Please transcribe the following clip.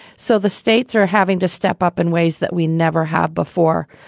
so the states are having to step up in ways that we never have before.